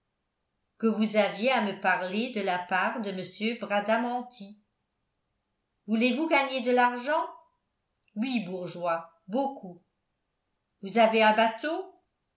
que vous aviez à me parler de la part de m bradamanti voulez-vous gagner de l'argent oui bourgeois beaucoup vous avez un bateau